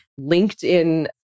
LinkedIn